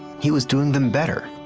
he was doing them better.